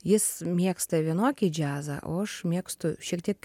jis mėgsta vienokį džiazą o aš mėgstu šiek tiek